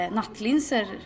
nattlinser